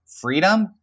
freedom